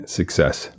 success